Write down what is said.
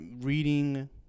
reading